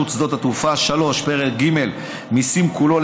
שדות התעופה); 3. פרק ג' (מיסים) כולו,